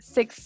Six